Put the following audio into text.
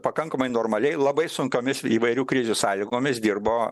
pakankamai normaliai labai sunkiomis įvairių krizių sąlygomis dirbo